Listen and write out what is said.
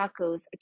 tacos